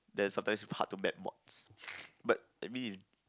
there's sometime hard to met what but that mean